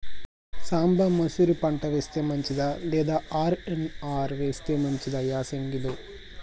సాంబ మషూరి పంట వేస్తే మంచిదా లేదా ఆర్.ఎన్.ఆర్ వేస్తే మంచిదా యాసంగి లో?